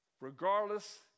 Regardless